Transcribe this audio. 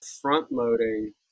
front-loading